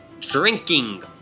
Drinking